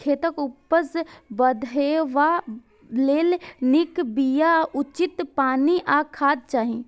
खेतक उपज बढ़ेबा लेल नीक बिया, उचित पानि आ खाद चाही